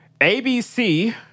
ABC